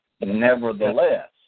Nevertheless